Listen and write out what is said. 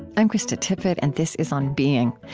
i'm krista tippett, and this is on being.